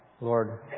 Lord